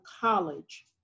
college